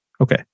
Okay